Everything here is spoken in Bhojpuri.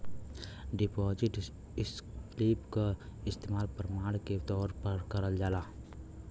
डिपाजिट स्लिप क इस्तेमाल प्रमाण के तौर पर करल जाला